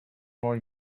more